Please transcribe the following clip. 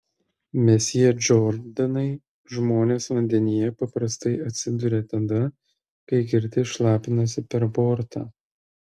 mesjė džordanai žmonės vandenyje paprastai atsiduria tada kai girti šlapinasi per bortą